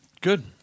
Good